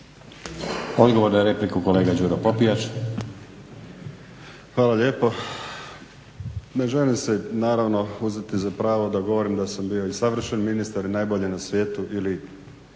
Odgovor na repliku, kolega Đuro Popijač. **Popijač, Đuro (HDZ)** Hvala lijepo. Ne želim si naravno uzeti za pravo da govorim da sam bio i savršen ministar i najbolji na svijetu ili